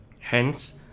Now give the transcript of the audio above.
Hence